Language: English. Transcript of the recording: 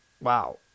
Wow